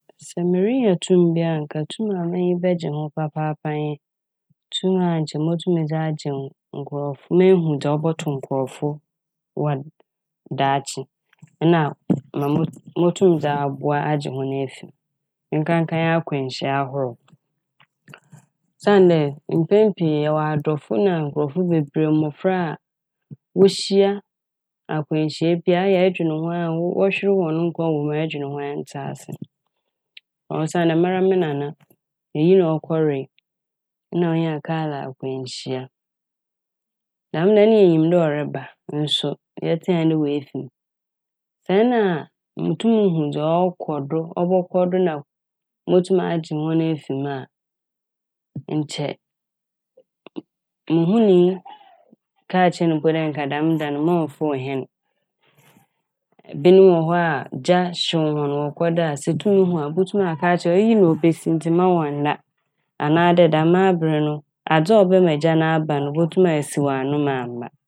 Sɛ mirinya tum bi a anka tum a m'enyi bɛgye ho papaapa nye tum a nkyɛ motum medze agye nkorɔf- mehu dza ɔbɔto nkorɔfo hɔn daakye. Na ma motum dze aboa agye hɔn efi m' nkanka akwanhyia ahorow osiandɛ mpɛn pii yɛwɔ adɔfo na nokrɔfo bebree mbofra a wohyia akwanhyia bi a ɔyɛ ɛdwen ho a wɔhwer hɔn nkwa wɔ mu a ɛdwen ho a ɛnntse ase osiandɛ mara me nana eyi na ɔkɔree na onyaa kar akwanhyia. Dɛm da no na yenyim dɛ ɔreba nso yɛtsee anye dɛ oefi m'. Sɛ nna motum muhu dza ɔkɔ do dza ɔbɔkɔ do na motum agye hɔn efi mu a nkyɛ muhunii kaa kyerɛɛ ne mpo dɛ dɛm da no mma ɔmmfow hɛn. Ebinom wɔ hɔ a gya hyew hɔn wɔkɛda a, itum hu a ibotum aka akyerɛ hɔn,.iyi na obesi ntsi mma wɔnnda anaa dɛm aber no adze a ɔbɛma egya no aba no botum esiw ano ma ammba.